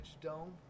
dome